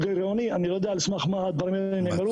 אני לא יודע על סמך מה הדברים האלה נאמרו.